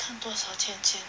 都少钱钱